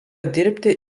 dirbti